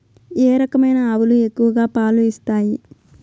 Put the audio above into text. ఏ రకమైన ఆవులు ఎక్కువగా పాలు ఇస్తాయి?